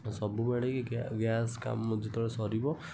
ଆଉ ସବୁବେଳେ କି ଗ୍ୟାସ୍ କାମ ଯେତେବେଳେ ସରିବ